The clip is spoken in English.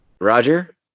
Roger